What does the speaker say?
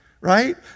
right